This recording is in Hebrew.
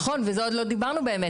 נכון ועל זה עוד לא דיברנו באמת,